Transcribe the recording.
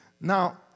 Now